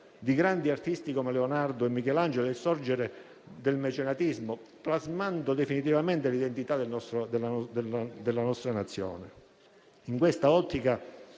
di grandi artisti come Leonardo e Michelangelo e il sorgere del mecenatismo, plasmando definitivamente l'identità della nostra Nazione. In quest'ottica,